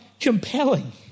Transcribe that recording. compelling